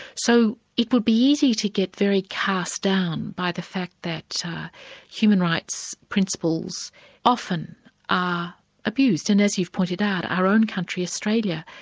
so it would be easy to get very cast down by the fact that human rights principles often are abused, and as you've pointed out, our own country, australia,